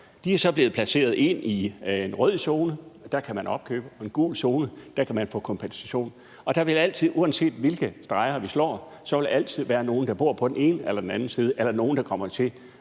De er så blevet placeret ind i en rød zone – der kan man opkøbe; og en gul zone – der kan man få kompensation. Og der vil altid, uanset hvilke streger vi trækker, være nogle, der bor på den ene eller den anden side, eller nogle, der falder ned